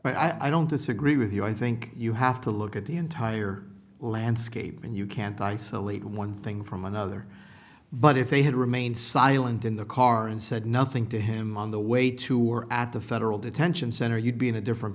something i don't disagree with you i think you have to look at the entire landscape and you can't isolate one thing from another but if they had remained silent in the car and said nothing to him on the way to or at the federal detention center you'd be in a different